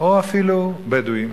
או אפילו בדואים